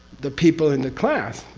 the people in the class,